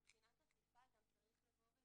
מבחינת אכיפה יש להבין